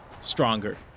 stronger